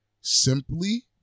simply